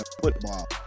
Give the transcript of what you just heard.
football